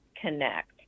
connect